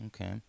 Okay